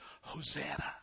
Hosanna